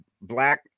black